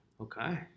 Okay